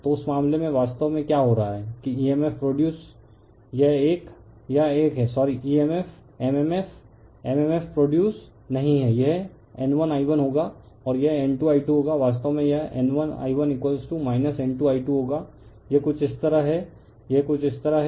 तो उस मामले में वास्तव में क्या हो रहा है कि emf प्रोडयुस यह एक है यह एक है sorry emf mmf mmf produced नहीं है यह N1I1 होगा और यह N2I2 होगा वास्तव में यह N1I1 N2I2 होगा यह कुछ इस तरह है यह कुछ इस तरह है